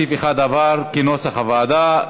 סעיף 1 עבר כנוסח הוועדה.